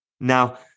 Now